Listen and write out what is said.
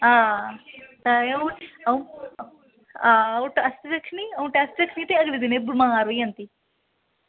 आं अंऊ टेस्ट रक्खनी अंऊ टेस्ट रक्खनी अंऊ बमार होई जंदी